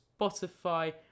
Spotify